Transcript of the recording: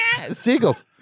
seagulls